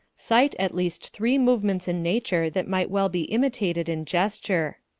cite at least three movements in nature that might well be imitated in gesture.